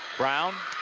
brown,